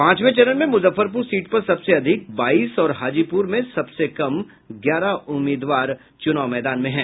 पांचवें चरण में मुजफ्फरपुर सीट पर सबसे अधिक बाईस और हाजीपुर में सबसे कम ग्यारह उम्मीदवार चुनाव मैदान में हैं